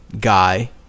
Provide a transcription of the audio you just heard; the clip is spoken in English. guy